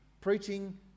Preaching